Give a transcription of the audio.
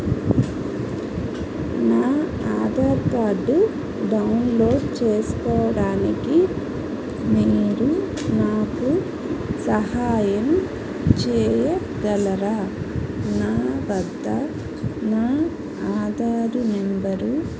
నా Aadhaar card download చేసుకోవడానికి మీరు నాకు సహాయం చేయగలరా నా వద్ద నా ఆధారు నెంబరు